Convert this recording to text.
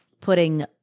putting